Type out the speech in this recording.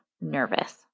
nervous